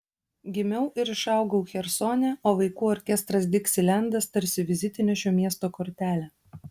gimiau ir išaugau chersone o vaikų orkestras diksilendas tarsi vizitinė šio miesto kortelė